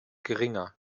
geringer